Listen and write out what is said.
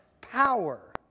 power